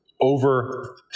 over